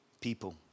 people